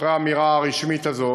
אחרי האמירה הרשמית הזאת,